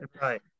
Right